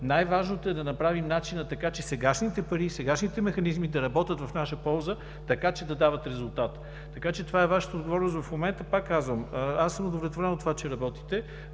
„най-важното е да направим начина така, че сегашните пари и сегашните механизми да работят в наша полза, така че да дават резултат“. Това е Вашата отговорност в момента. Пак казвам – аз съм удовлетворен от това, че работите.